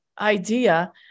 idea